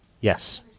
Yes